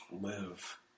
live